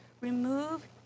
Remove